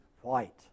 white